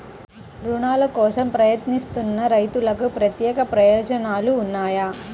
రుణాల కోసం ప్రయత్నిస్తున్న రైతులకు ప్రత్యేక ప్రయోజనాలు ఉన్నాయా?